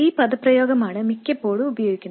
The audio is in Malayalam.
ഈ പദപ്രയോഗമാണ് മിക്കപ്പോഴും ഉപയോഗിക്കുന്നത്